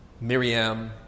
Miriam